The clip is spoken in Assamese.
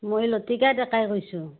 মই লতিকা ডেকাই কৈছোঁ